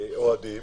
אוהדים,